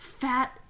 fat